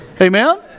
Amen